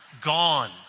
gone